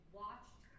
watched